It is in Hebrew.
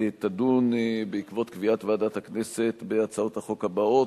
תדון בעקבות קביעת ועדת הכנסת בהצעות החוק האלה: